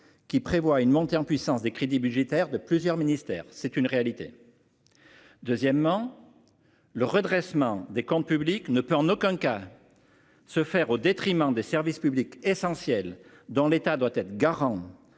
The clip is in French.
qui prévoit une montée en puissance des crédits budgétaires de plusieurs ministères. C'est une réalité. Deuxièmement. Le redressement des comptes publics ne peut en aucun cas. Se faire au détriment des services publics essentiels dans l'État doit être garant